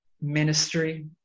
ministry